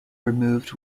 removed